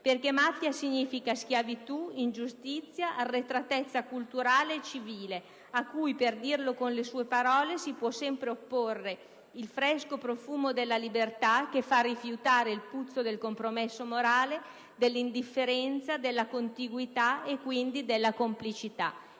infatti, significa schiavitù, ingiustizia, arretratezza culturale e civile cui, per dirlo con le parole di Borsellino, si può sempre opporre il fresco profumo della libertà, che fa rifiutare il puzzo del compromesso morale, dell'indifferenza, della contiguità e, quindi, della complicità.